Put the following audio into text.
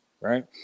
right